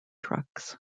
trucks